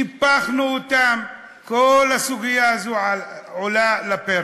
קיפחנו אותם, כל הסוגיה הזו עולה על הפרק.